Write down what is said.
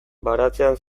baratzea